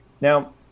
Now